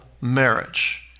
marriage